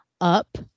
up